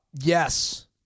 Yes